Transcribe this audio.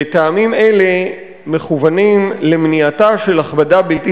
וטעמים אלה מכוונים למניעתה של הכבדה בלתי